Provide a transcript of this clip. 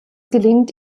gelingt